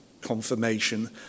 confirmation